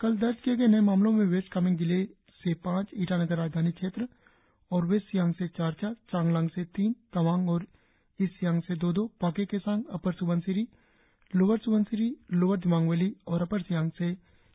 कल दर्ज किए गए नए मामलों में वेस्ट कामेंग जिले से पांच ईटानगर राजधानी क्षेत्र और वेस्ट सियांग से चार चार चांगलांग से तीन तवांग और ईस्ट सियांग़ से दो दो Pakke Kessang Upper Subansiri Lower Subansiri Lower Dibang Valley और अपर सियांग से एक एक मामले शामिल हैं